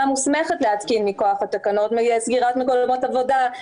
מוסמכת להתקין מכוח התקנות - סגירת מקומות עבודה,